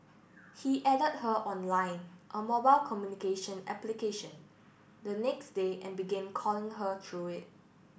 he added her on Line a mobile communication application the next day and began calling her through it